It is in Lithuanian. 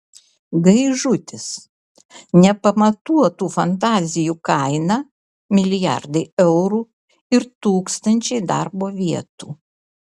gaižutis nepamatuotų fantazijų kaina milijardai eurų ir tūkstančiai darbo vietų